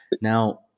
Now